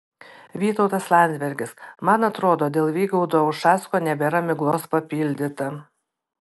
vytautas landsbergis man atrodo dėl vygaudo ušacko nebėra miglos papildyta